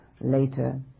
later